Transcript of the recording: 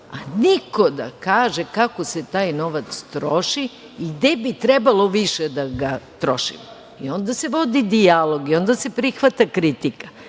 a niko da kaže kako se taj novac troši i gde bi trebalo više da ga trošimo. I onda se vodi dijalog i onda se prihvata kritika,